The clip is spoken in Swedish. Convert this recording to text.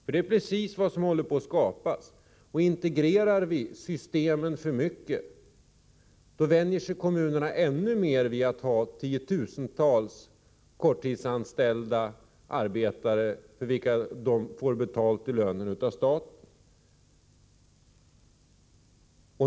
Detta är precis vad som håller på att skapas. Integrerar vi systemen för mycket, vänjer sig kommunerna ännu mer vid att ha tiotusentals korttidsanställda arbetare, för vilkas löner de får betalt av staten.